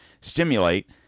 stimulate